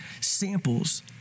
samples